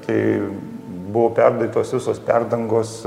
tai buvo perdarytos visos perdangos